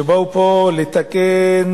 שבאו לתקן